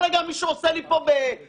כל רגע מישהו עושה לי בתורו?